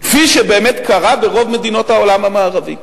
כפי שבאמת קרה ברוב מדינות העולם המערבי.